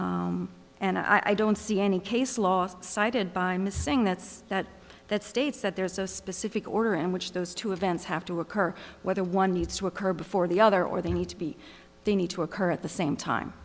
and i don't see any case last cited by missing that's that that states that there's a specific order in which those two events have to occur whether one needs to occur before the other or they need to be they need to occur at the same time